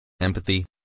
Empathy